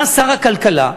אתה שר הכלכלה,